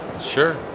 Sure